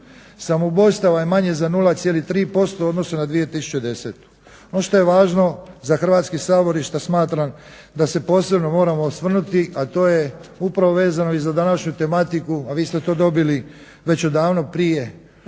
Samoubojstava je manje za 0,3% u odnosu na 2010. Ono što je važno za Hrvatski sabor i što smatram da se posebno moramo osvrnuti, a to je upravo vezano i za današnju tematiku a vi ste to dobili već odavno prije